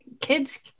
kids